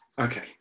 Okay